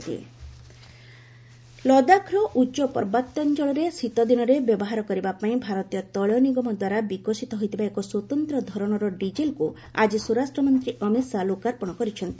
central Ladakh diesel ଲଦାଖର ଉଚ୍ଚ ପାର୍ବତ୍ୟାଞ୍ଚଳରେ ଶୀତଦିନରେ ବ୍ୟବହାର କରିବା ପାଇଁ ଭାରତୀୟ ତୈଳ ନିଗମ ଦ୍ୱାରା ବିକଶିତ ହୋଇଥିବା ଏକ ସ୍ୱତନ୍ତ ଧରଣର ଡିଜେଲକୁ ଆଜି ସ୍ୱରାଷ୍ଟ୍ରମନ୍ତ୍ରୀ ଅମିତ ଶାହା ଲୋକାର୍ପଣ କରିଛନ୍ତି